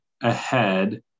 ahead